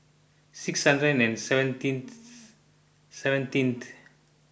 six hundred and seventeenth seventeenth